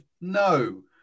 no